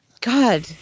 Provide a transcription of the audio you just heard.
God